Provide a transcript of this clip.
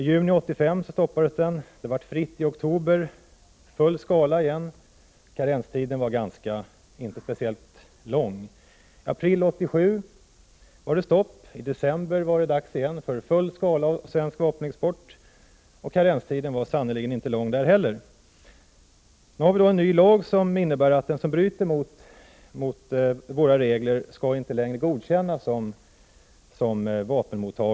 I juni 1985 stoppades den. I oktober blev den fri igen i full skala. Karenstiden var inte speciellt lång. I april 1987 stoppades vapenexporten. I december var det dags igen för svensk vapenexport till Singapore i full skala. Karenstiden var sannerligen inte lång då heller. Nu har vi en ny lag som innebär att den som bryter mot våra regler inte längre skall godkännas som mottagare av vapenexport.